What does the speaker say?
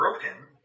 broken